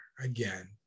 again